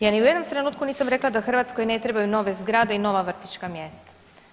Ja ni u jednom trenutku nisam rekla da Hrvatskoj ne trebaju nove zgrade i nova vrtićka mjesta.